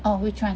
orh which one